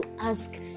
ask